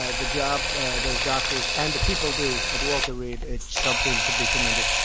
ah the job those doctors and the people do at walter reed, it's something to be commended.